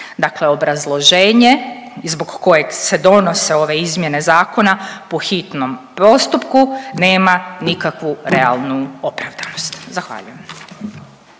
Dakle, obrazloženje i zbog kojeg se donose ove izmjene zakona po hitnom postupku nema nikakvu realnu opravdanost. Zahvaljujem.